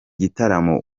gitaramo